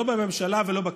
לא בממשלה ולא בכנסת.